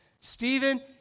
Stephen